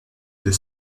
deux